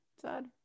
sad